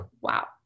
wow